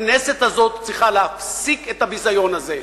הכנסת הזאת צריכה להפסיק את הביזיון הזה,